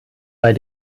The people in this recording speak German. bei